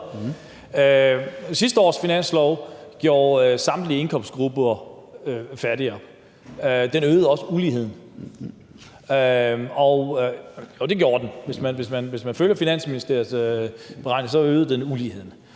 Sidste års finanslov gjorde samtlige indkomstgrupper fattigere, og den øgede også uligheden. Det gjorde den. Hvis man følger Finansministeriets beregning, kan